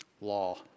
Law